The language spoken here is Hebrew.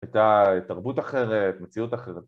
‫הייתה תרבות אחרת, מציאות אחרת.